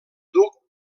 duc